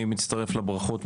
אני מצטרף לברכות.